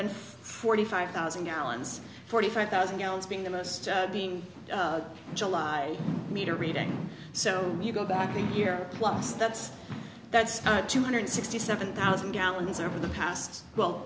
then forty five thousand gallons forty five thousand gallons being the most being july meter reading so you go back a year plus that's that's two hundred sixty seven thousand gallons over the past well